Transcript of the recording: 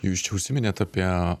jūs čia užsiminėt apie